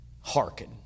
Hearken